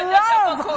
love